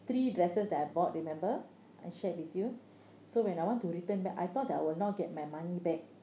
three dresses that I bought remember I shared with you so when I want to return back I thought that I will not get my money back